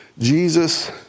Jesus